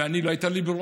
ולא הייתה לי ברירה,